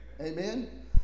Amen